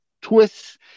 twists